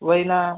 होय ना